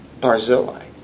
Barzillai